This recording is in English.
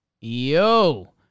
Yo